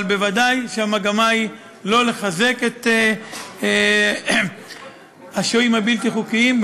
אבל ודאי שהמגמה היא לא לחזק את השוהים הבלתי-חוקיים,